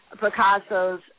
Picasso's